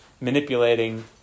manipulating